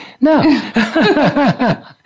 No